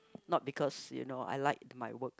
not because you know I like my work